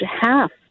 half